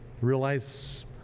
realize